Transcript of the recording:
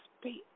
speak